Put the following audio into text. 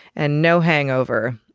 and no hangover.